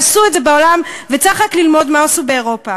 עשו את זה בעולם, וצריך רק ללמוד מה עשו באירופה.